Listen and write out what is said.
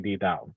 down